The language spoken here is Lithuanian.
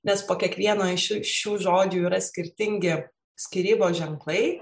nes po kiekvieno iš šiu šių žodžių yra skirtingi skyrybos ženklai